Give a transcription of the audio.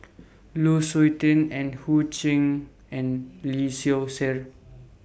Lu Suitin and Ho Chee and Lee Seow Ser